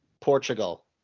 Portugal